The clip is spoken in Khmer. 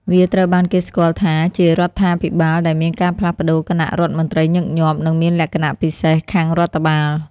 វាត្រូវបានគេស្គាល់ថាជារដ្ឋាភិបាលដែលមានការផ្លាស់ប្តូរគណៈរដ្ឋមន្ត្រីញឹកញាប់ និងមានលក្ខណៈពិសេសខាងរដ្ឋបាល។